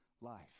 life